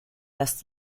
dass